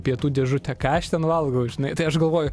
pietų dėžutę ką aš ten valgau žinai tai aš galvoju